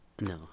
No